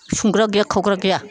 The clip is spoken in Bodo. संग्रा गैया खावग्रा गैया